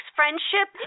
friendship